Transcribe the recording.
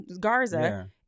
Garza